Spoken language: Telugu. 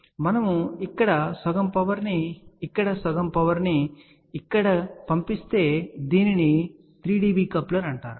కాబట్టి మనము ఇక్కడ సగంపవర్ ని ఇక్కడ సగం పవర్ ని ఇక్కడ పంపిస్తే దీనిని 3 dB కప్లర్ అంటారు